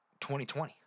2020